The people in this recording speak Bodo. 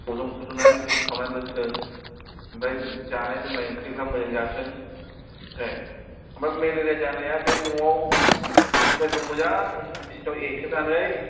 गुदुं फुदुंनानै गुसु खालामनानै लोंथों ओमफ्राय जानाय लोंनाय ओंख्रिफोरा मोजां जाथों मिथिबाय ओमफ्राय मेलेरिया जानाया बे न'आव मुसारिखौ मोजाङै बिसनायाव एरथेबनानै